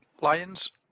lions